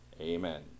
amen